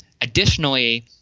Additionally